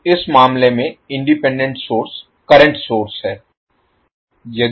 तो इस मामले में इंडिपेंडेंट सोर्स करंट सोर्स है